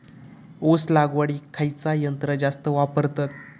ऊस लावडीक खयचा यंत्र जास्त वापरतत?